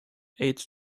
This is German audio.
aids